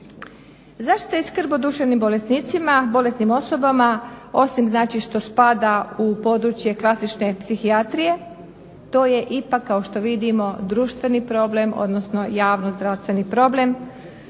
Zaštita i skrb o duševnim bolesnicima, bolesnim osobama. Osim znači što spada u područje klasične psihijatrije to je ipak kao što vidimo društveni problem, odnosno javno zdravstveni problem,